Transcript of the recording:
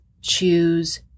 choose